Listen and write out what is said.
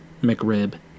McRib